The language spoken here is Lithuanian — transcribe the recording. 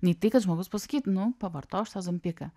nei tai kad žmogus pasakytų nu pavartoju aš tą ozempiką